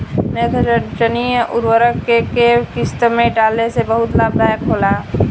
नेत्रजनीय उर्वरक के केय किस्त में डाले से बहुत लाभदायक होला?